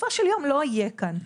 בסופו של יום לא יהיה כאן.